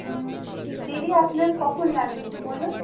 হুম দিদি আপনার কখন লাগবে একটু বলুন